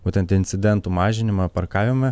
būtent incidentų mažinimą parkavime